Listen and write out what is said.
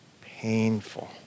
painful